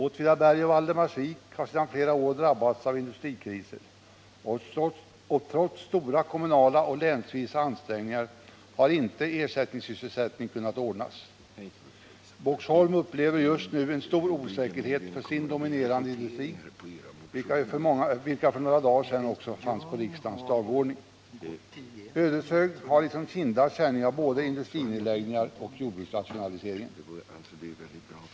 Åtvidaberg och Valdemarsvik har sedan flera år drabbats av industrikriser, och trots stora kommunala och länsvisa ansträngningar har inte ersättningssysselsättning kunnat ordnas. Boxholm upplever just nu en stor osäkerhet för sin dominerande industri, en fråga som ju också för några dagar sedan var upptagen på riksdagens dagordning. Ödeshög har liksom Kinda känning av både industrinedläggningar och jordbruksrationaliseringar.